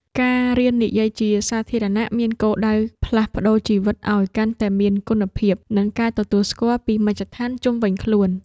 ការរៀននិយាយជាសាធារណៈមានគោលដៅផ្លាស់ប្តូរជីវិតឱ្យកាន់តែមានគុណភាព និងការទទួលស្គាល់ពីមជ្ឈដ្ឋានជុំវិញខ្លួន។